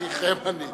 כבר היה לנו,